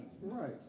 Right